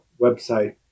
website